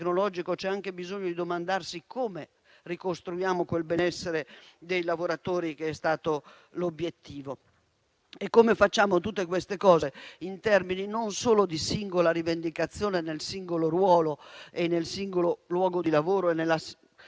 c'è anche bisogno di domandarsi come ricostruiamo quel benessere dei lavoratori che è stato l'obiettivo? Come facciamo tutte queste cose, non solo in termini di singola rivendicazione, nel singolo ruolo, nel singolo luogo di lavoro e nella